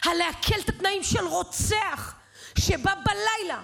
על להקל את התנאים של רוצח שבא בלילה